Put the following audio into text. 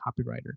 copywriter